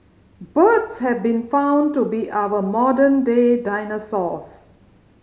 birds have been found to be our modern day dinosaurs